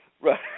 Right